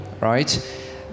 right